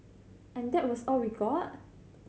and that was all we got